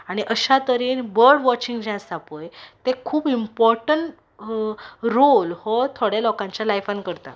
आनी अशा तरेन बर्ड वॉचींग जें आसा पळय तें खूब इमपोटंट रोल हो थोड्यां लोकांच्या लायफान करता